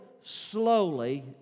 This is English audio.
slowly